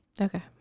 Okay